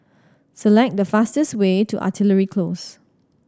select the fastest way to Artillery Close